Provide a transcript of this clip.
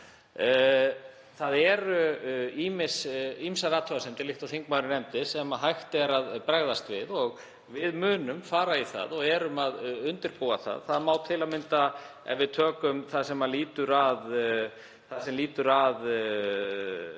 Það eru ýmsar athugasemdir, líkt og þingmaðurinn nefndi, sem hægt er að bregðast við. Við munum fara í það og erum að undirbúa það. Það má til að mynda, ef við tökum það sem lýtur að